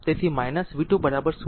તેથી v 2 0